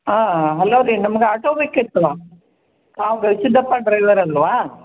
ಆಂ hello ರೀ ನಮ್ಗೆ auto ಬೇಕಿತ್ತು ಆಂ ಗವಿಸಿದ್ಧಪ್ಪ ಡ್ರೈವರ್ ಅಲ್ಲವಾ